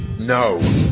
No